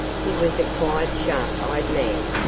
he was a quiet sharp-eyed man,